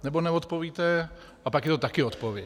Anebo neodpovíte a pak je to také odpověď.